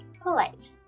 polite